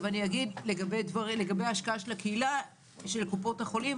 לגבי ההשקעה של הקהילה של קופות החולים,